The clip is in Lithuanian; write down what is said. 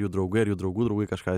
jų draugai ar jų draugų draugai kažką